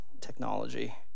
Technology